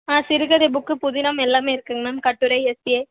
ஆ சிறுகதை புக்கு புதினம் எல்லாமே இருக்குங்க மேம் கட்டுரை எஸ்ஸே